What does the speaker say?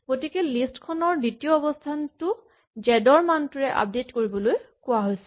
গতিকে লিষ্ট খনৰ দ্বিতীয় অৱস্হানটো জেড ৰ মানটোৰে আপডেট কৰিবলৈ কোৱা হৈছে